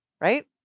right